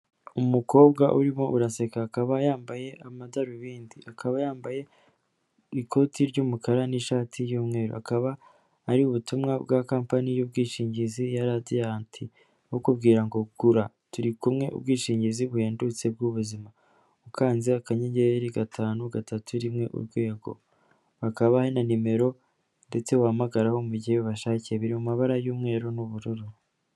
umukobwa urimo uraseka, akaba yambaye amadarubindi, akaba yambaye ikoti ry'umukara n'ishati y'umweru, akaba ari ubutumwa bwa kampani y'ubwishingizi ya Radiyanti, bukubwira ngo gura turi kumwe ubwishingizi buhendutse bw'ubuzima, ukanze akanyenyeri gatanu gatatu rimwe urwego, hakaba hari na nimero ndetse wahamagaraho mu gihe ubashakiye, biri mu mabara y'umweru n'ubururu.